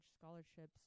scholarships